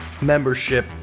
membership